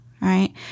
right